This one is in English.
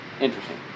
interesting